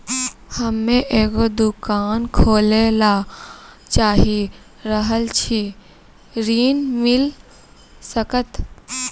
हम्मे एगो दुकान खोले ला चाही रहल छी ऋण मिल सकत?